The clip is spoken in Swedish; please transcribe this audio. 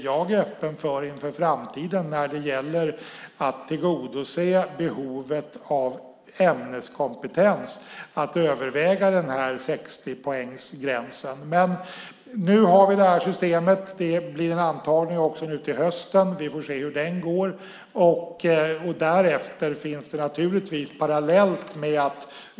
Jag är inför framtiden när det gäller att tillgodose behovet av ämneskompetens öppen för att överväga 60-poängsgränsen. Men nu har vi det här systemet. Det blir en antagning också nu till hösten. Vi får se hur den går.